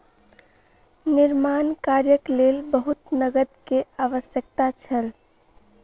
निर्माण कार्यक लेल बहुत नकद के आवश्यकता छल